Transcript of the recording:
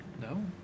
No